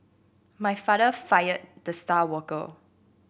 my father fired the star worker